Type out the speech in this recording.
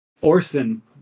Orson